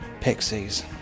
Pixies